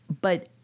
But-